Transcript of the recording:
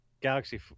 Galaxy